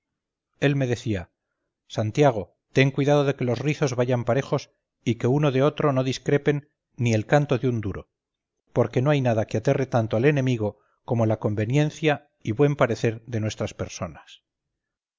él me decía santiago ten cuidado de que los rizos vayan parejos y que uno de otro no discrepen ni el canto de un duro porque no hay nada que aterre tanto al enemigo como la conveniencia y buen parecer de nuestras personas